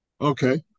Okay